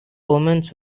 omens